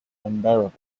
unbearable